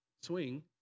swing